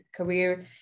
career